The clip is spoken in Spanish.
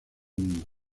mundo